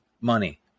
money